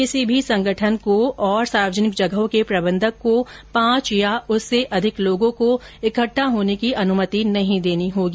किसी भी संगठन को और सार्वजनिक जगहों के प्रबंधक को पांच या उससे अधिक लोगों को इकट्टा होने की अनुमति नहीं देनी होगी